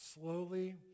Slowly